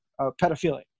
pedophilia